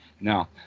Now